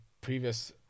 previous